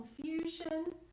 confusion